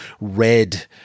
red